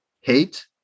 hate